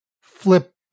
flip